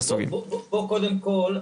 קודם כל,